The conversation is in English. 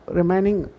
remaining